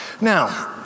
Now